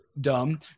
dumb